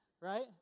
right